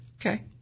Okay